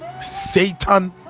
satan